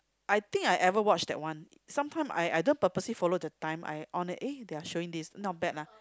I think I ever watch that one sometime I don't purposely follow the time I on it eh they are showing this not bad lah